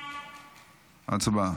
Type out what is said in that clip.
הצבעה.